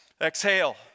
Exhale